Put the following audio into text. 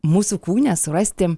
mūsų kūne surasti